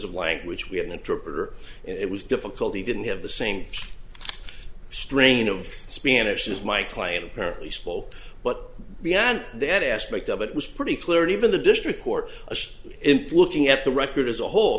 of language we had an interpreter and it was difficult he didn't have the same strain of spanish as my client apparently spoke but beyond that aspect of it was pretty clear even the district court of imploding at the record as a whole